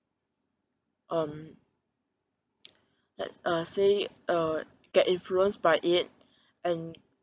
um let's uh say uh get influenced by it and